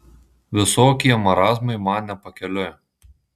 visokie marazmai man ne pakeliui